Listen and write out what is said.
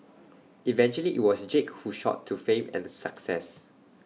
eventually IT was Jake who shot to fame and success